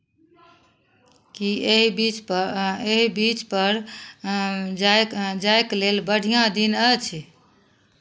की एहि बीच प एहि बीचपर जायक जायक लेल बढ़िआँ दिन अछि